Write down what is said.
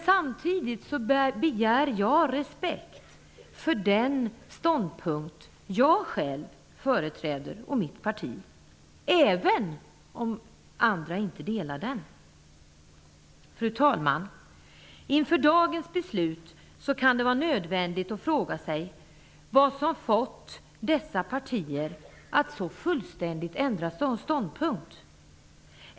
Samtidigt begär jag respekt för den ståndpunkt jag själv och mitt parti företräder, även om andra inte delar den. Fru talman! Inför dagens beslut kan det vara nödvändigt att fråga sig vad som fått vissa partier att så fullständigt ändra ståndpunkt.